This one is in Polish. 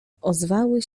ozwały